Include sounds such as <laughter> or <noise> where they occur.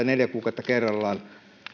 <unintelligible> neljä kuukautta kerrallaan